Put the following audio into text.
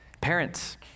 Parents